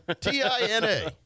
T-I-N-A